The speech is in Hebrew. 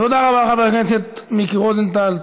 תודה רבה לחבר הכנסת מיקי רוזנטל.